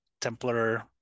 Templar